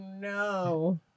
no